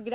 Jag